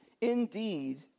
Indeed